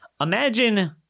Imagine